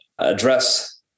address